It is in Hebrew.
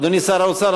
אדוני שר האוצר,